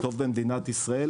טוב במדינת ישראל,